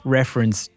reference